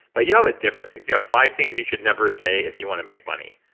but you have a different things. you have five things you should never say if you want to make money.